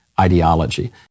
ideology